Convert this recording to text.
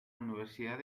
universidad